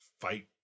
fight